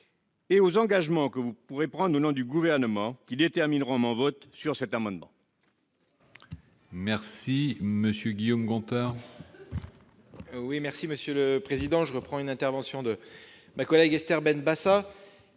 et aux engagements que vous pourrez prendre au nom du Gouvernement- ils détermineront mon vote sur cet amendement. La parole est à M. Guillaume Gontard, sur l'article. Monsieur le président, je reprends une intervention de ma collègue Esther Benbassa,